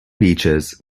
beaches